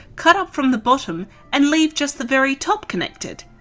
cut up from the bottom and leave just the very top connected.